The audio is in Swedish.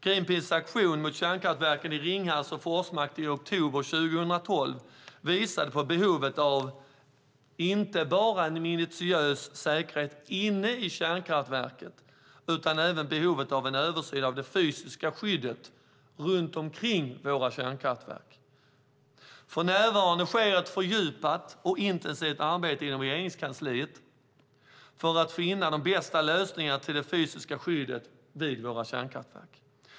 Greenpeace aktion mot kärnkraftverken i Ringhals och Forsmark i oktober 2012 visade på behovet av inte bara en minutiös säkerhet inne i kärnkraftverken utan även på behovet av en översyn av det fysiska skyddet runt omkring våra kärnkraftverk. För närvarande sker ett fördjupat och intensivt arbete inom Regeringskansliet för att finna de bästa lösningarna för det fysiska skyddet vid våra kärnkraftverk.